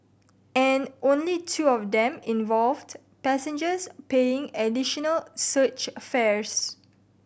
and only two of them involved passengers paying additional surge a fares